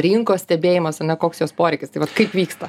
rinkos stebėjimas ane koks jos poreikis tai vat kaip vyksta